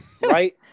right